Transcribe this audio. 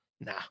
nah